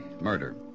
murder